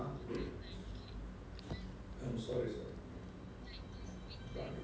then